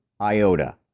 iota